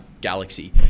galaxy